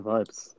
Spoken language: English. Vibes